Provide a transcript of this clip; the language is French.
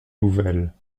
nouvelle